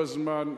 בזמן,